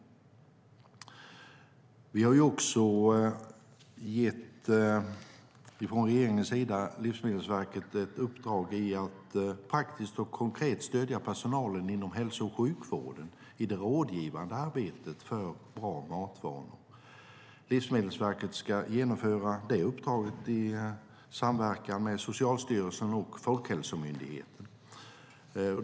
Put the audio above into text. Regeringen har också gett Livsmedelsverket i uppdrag att konkret och praktiskt stödja personalen inom hälso och sjukvården i arbetet med råd om bra matvanor. Livsmedelsverket ska genomföra det uppdraget i samverkan med Socialstyrelsen och Folkhälsomyndigheten.